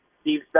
Steve